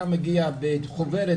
היה מגיע בחוברת,